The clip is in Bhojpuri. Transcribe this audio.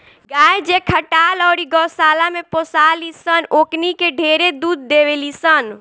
गाय जे खटाल अउरी गौशाला में पोसाली सन ओकनी के ढेरे दूध देवेली सन